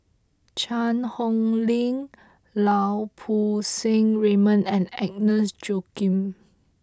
Cheang Hong Lim Lau Poo Seng Raymond and Agnes Joaquim